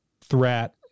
threat